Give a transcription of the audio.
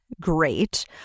great